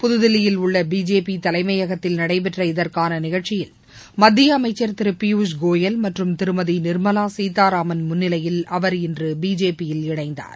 புத்தில்லியில் உள்ள பிஜேபி தலைமையகத்தில் நடைபெற்ற இதற்கான நிகழ்ச்சியில் மத்திய அமைச்சர் திரு பியுஸ்கோயல் மற்றும் திருமதி நிர்மலா சீத்தாராமன் முன்னிலையில் அவர் இன்று இணைந்தார்